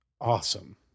awesome